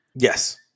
Yes